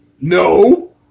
No